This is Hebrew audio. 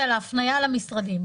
ועל ההפניה למשרדים.